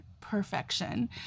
perfection